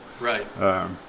Right